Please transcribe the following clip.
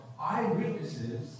eyewitnesses